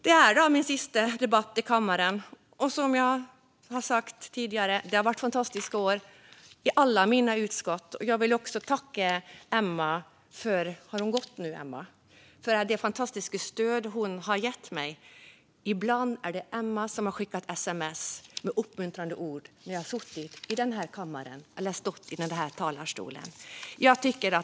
Detta är min sista debatt i denna kammare. Som jag har sagt tidigare har jag haft fantastiska år i alla mina utskott, och jag vill också tacka Emma för det fantastiska stöd hon har gett mig. Ibland är det Emma som har skickat sms med uppmuntrande ord när jag har suttit i kammaren eller stått i talarstolen.